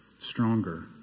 stronger